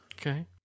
Okay